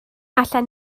allan